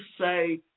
say